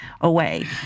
away